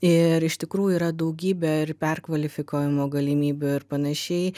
ir iš tikrųjų yra daugybė ir perkvalifikavimo galimybių ir panašiai